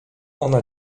ona